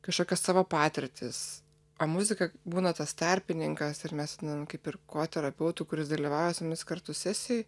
kažkokias savo patirtis o muzika būna tas tarpininkas ir mes kaip ir koterapeutu kuris dalyvauja su jumis kartu sesijoj